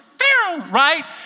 Right